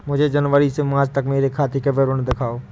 मुझे जनवरी से मार्च तक मेरे खाते का विवरण दिखाओ?